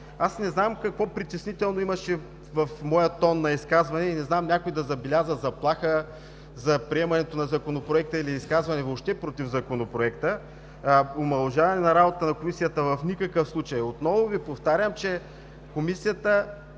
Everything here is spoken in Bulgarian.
Не знам какво притеснително имаше в моя тон на изказване и не знам някой да забеляза заплаха за приемането на Законопроекта или изказване въобще против Законопроекта. Омаловажаване работата на Комисията – в никакъв случай. Отново Ви повтарям, че Комисията,